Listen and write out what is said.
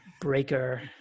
breaker